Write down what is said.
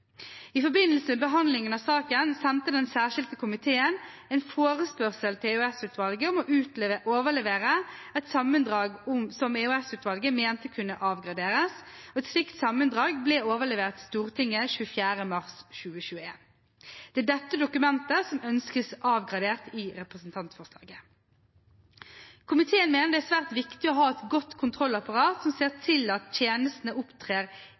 I forbindelse med behandlingen av saken sendte den særskilte komiteen en forespørsel til EOS-utvalget om å overlevere et sammendrag som EOS-utvalget mente kunne avgraderes, og et slikt sammendrag ble overlevert Stortinget 24. mars 2021. Det er dette dokumentet som ønskes avgradert i representantforslaget. Komiteen mener det er svært viktig å ha et godt kontrollapparat som ser til at tjenestene opptrer